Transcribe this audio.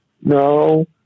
no